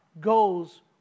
goes